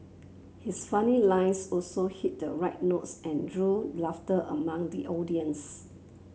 his funny lines also hit the right notes and drew laughter among the audience